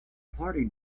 party